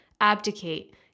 abdicate